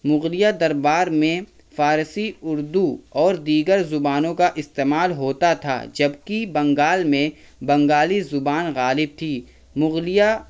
مغلیہ دربار میں فارسی اردو اور دیگر زبانوں کا استعمال ہوتا تھا جبکہ بنگال میں بنگالی زبان غالب تھی مغلیہ